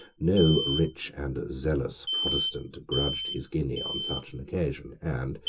no rich and zealous protestant grudged his guinea on such an occasion, and,